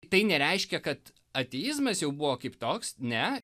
tai nereiškia kad ateizmas jau buvo kaip toks ne